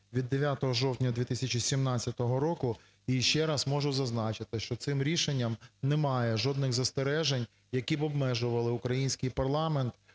від 9 жовтня 2017 року. І ще раз можу зазначити, що цим рішенням немає жодних застережень, які б обмежували український парламент